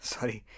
Sorry